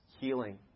healing